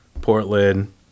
Portland